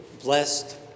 blessed